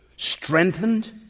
Strengthened